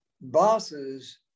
bosses